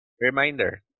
reminder